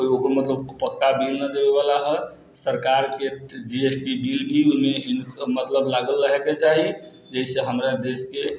कोइ मतलब पक्का बिल नहि देबेवला है सरकारके जी एस टी बिल भी उ ने मतलब लागल रहैके चाही जैसे हमरा देशके